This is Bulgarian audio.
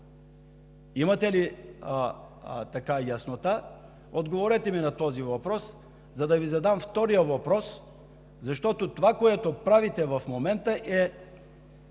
Имате ли яснота? Отговорете ми на този въпрос, за да Ви задам втория въпрос, защото това, което правите в момента, е